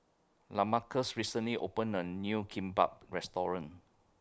Lamarcus recently opened A New Kimbap Restaurant